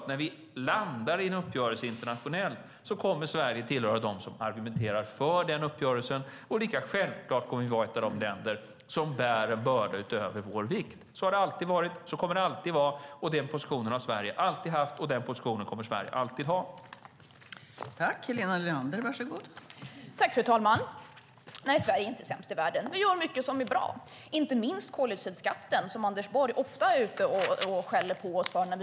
När vi landar i en uppgörelse internationellt kommer Sverige självklart att tillhöra dem som argumenterar för denna uppgörelse. Lika självklart kommer vi att vara ett av de länder som bär en börda utöver vår vikt. Så har det alltid varit, och så kommer det alltid att vara. Denna position har Sverige alltid haft, och den positionen kommer Sverige alltid att ha.